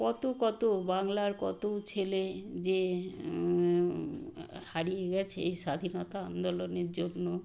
কত কত বাংলার কত ছেলে যে হারিয়ে গেছে এই স্বাধীনতা আন্দোলনের জন্য